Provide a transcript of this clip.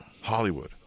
hollywood